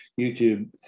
YouTube